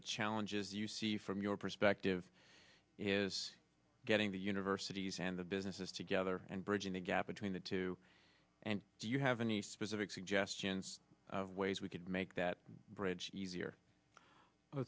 the challenges you see from your perspective is getting the universities and the businesses together and bridging the gap between the two and do you have any specific suggestions of ways we could make that bridge easier i